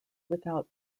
without